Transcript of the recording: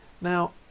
Now